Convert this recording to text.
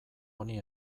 honi